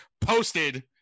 posted